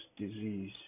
disease